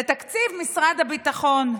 זה תקציב משרד הביטחון.